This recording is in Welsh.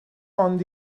ond